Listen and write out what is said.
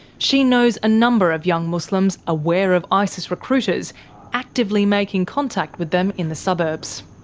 she knows a number of young muslims aware of isis recruiters actively making contact with them in the suburbs.